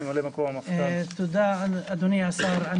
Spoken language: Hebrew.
תודה, אדוני השר.